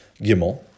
Gimel